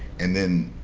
and then,